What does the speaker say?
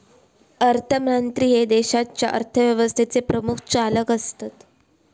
अर्थमंत्री हे देशाच्या अर्थव्यवस्थेचे प्रमुख चालक असतत